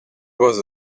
was